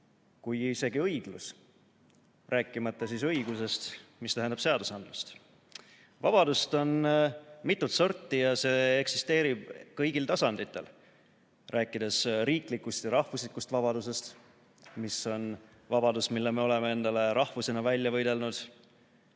kui isegi õiglus. Rääkimata siis õigusest, mis tähendab seadusandlust. Vabadust on mitut sorti ja see eksisteerib kõigil tasanditel. Võime rääkida riiklikust ja rahvuslikust vabadusest, mis on vabadus, mille me oleme endale rahvusena välja võidelnud,